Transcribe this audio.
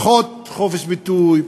פחות חופש ביטוי,